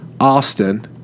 Austin